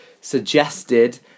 suggested